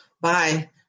Bye